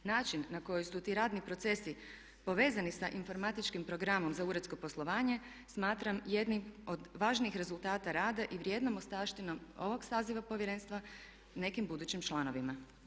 Način na koji su ti radni procesi povezani sa informatičkim programom za uredsko poslovanje smatram jednim od važnijih rezultata rada i vrijednom ostavštinom ovog saziva Povjerenstva nekim budućim članovima.